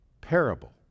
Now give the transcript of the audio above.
parable